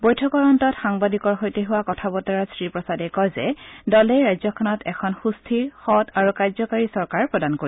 বৈঠকৰ অন্তত সাংবাদিকৰ সৈতে হোৱা কথা বতৰাত শ্ৰীপ্ৰসাদে কয় যে দলে ৰাজ্যখনত এখন সুস্থিৰ সৎ আৰু কাৰ্যকাৰী চৰকাৰ প্ৰদান কৰিব